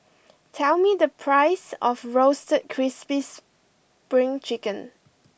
tell me the price of Roasted Crispy Spring Chicken